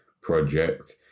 project